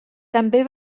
també